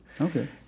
Okay